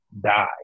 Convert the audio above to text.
die